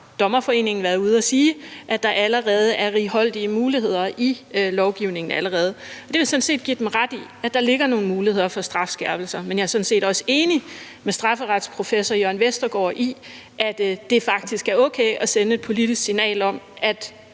Dommerforeningen været ude at sige, at der er righoldige muligheder i lovgivningen allerede. Det vil jeg sådan set give dem ret i, nemlig at der ligger nogle muligheder for strafskærpelser, men jeg er sådan set også enig med strafferetsprofessor Jørgen Vestergaard i, at det faktisk er okay at sende et politisk signal om, at